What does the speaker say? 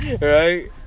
right